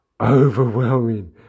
overwhelming